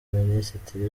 minisitiri